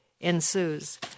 ensues